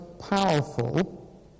Powerful